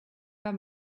pas